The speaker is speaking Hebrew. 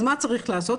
אז מה צריך לעשות?